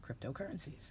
cryptocurrencies